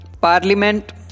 Parliament